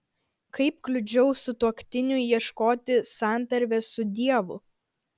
kaip kliudžiau sutuoktiniui ieškoti santarvės su dievu